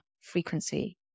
frequency